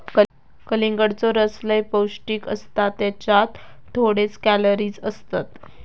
कलिंगडाचो रस लय पौंष्टिक असता त्येच्यात थोडेच कॅलरीज असतत